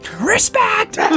Respect